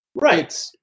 Right